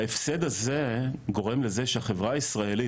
ההפסד הזה גורם לזה שהחברה הישראלית,